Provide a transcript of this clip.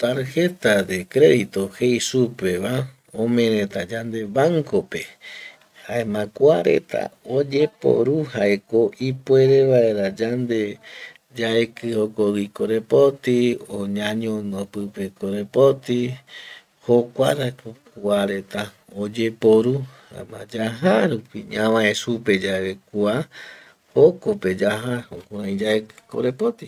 Tarjeta de credito jei supeva ome reta yande bancope jaema kua reta oyeporu jaeko ipuere vaera yande yaeki jokogui korepoti o ñañono pipe korepoti, jokuarako kua reta oyeporu jaema yaja rupi ñavae supe yave kua jokope yaja jukurai yaeki korepoti